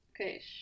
okay